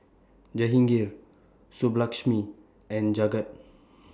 Jahangir Subbulakshmi and Jagat